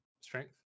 strength